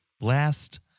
Last